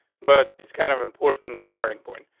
but it's kind of important starting point.